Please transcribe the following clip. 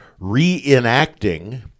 reenacting